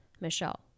Michelle